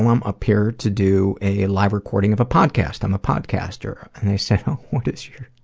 i'm up here to do a live recording of a podcast. i'm a podcaster. and they said, oh, what is your